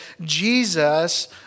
Jesus